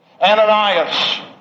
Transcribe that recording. Ananias